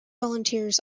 volunteers